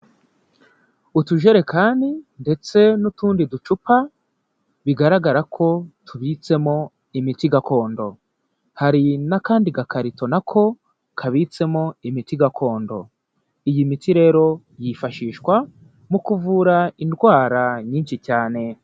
Utujerekani ndetse n'utundi ducupa, bigaragara ko tubitsemo imiti gakondo, hari n'akandi gakarito na ko kabitsemo imiti gakondo, iyi miti rero yifashishwa mu kuvura indwara nyinshi cyane.